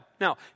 Now